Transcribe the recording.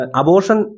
abortion